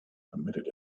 permitted